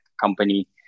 company